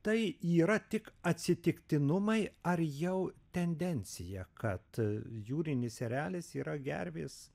tai yra tik atsitiktinumai ar jau tendencija kad jūrinis erelis yra gervės